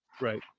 right